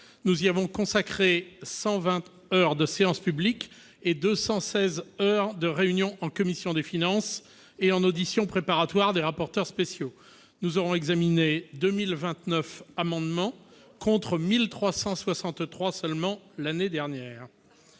Nous y avons consacré 120 heures de séance publique et 216 heures de réunion en commission des finances et en auditions préparatoires des rapporteurs spéciaux. Nous aurons examiné 2 029 amendements, contre seulement 1 363